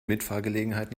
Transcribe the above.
mitfahrgelegenheit